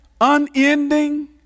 unending